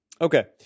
Okay